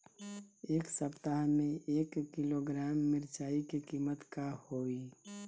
एह सप्ताह मे एक किलोग्राम मिरचाई के किमत का होई?